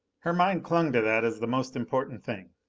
her mind clung to that as the most important thing.